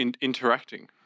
interacting